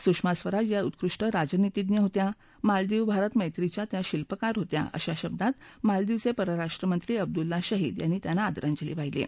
सुषमा स्वराज या उत्कृष्ट राजनीतीज्ञ होत्या मालदीव भारत मैत्रीच्या त्या शिल्पकार होत्या अशा शब्दात मालदिवचे परराष्ट्र मंत्री अब्दुल्ला शाहिद यांनी त्यांना आदरांजली वाहिली आहे